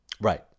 Right